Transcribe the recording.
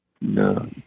No